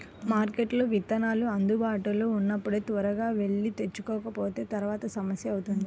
మార్కెట్లో విత్తనాలు అందుబాటులో ఉన్నప్పుడే త్వరగా వెళ్లి తెచ్చుకోకపోతే తర్వాత సమస్య అవుతుంది